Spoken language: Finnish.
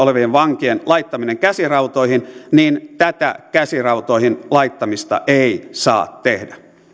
olevien vankien laittaminen käsirautoihin tätä käsirautoihin laittamista ei saa tehdä